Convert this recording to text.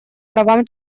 правам